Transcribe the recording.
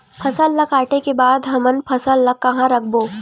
फसल ला काटे के बाद हमन फसल ल कहां रखबो?